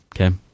Okay